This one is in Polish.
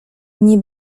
nie